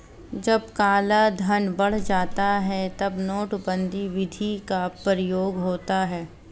जब कालाधन बढ़ जाता है तब नोटबंदी विधि का प्रयोग होता है